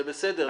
זה בסדר.